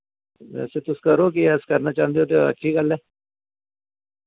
बैसे तुस करो के ऐस्स करना चांह्दे ओ ते अच्छी गल्ल ऐ